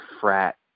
frat